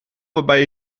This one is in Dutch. waarbij